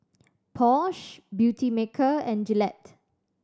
Porsche Beautymaker and Gillette